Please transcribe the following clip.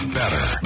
better